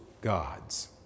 gods